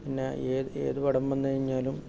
പിന്നെ എതു ഏത് പടം വന്നു കഴിഞ്ഞാലും